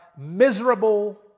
miserable